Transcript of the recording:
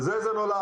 על זה זה נולד.